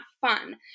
fun